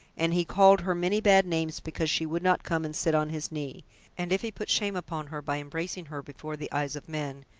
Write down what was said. and he called her many bad names because she would not come and sit on his knee and if he put shame upon her by embracing her before the eyes of men,